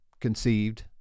conceived